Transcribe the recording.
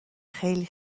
خیلی